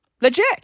Legit